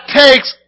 takes